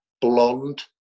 blonde